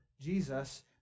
Jesus